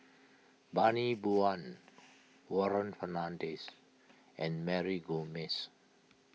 Bani Buang Warren Fernandez and Mary Gomes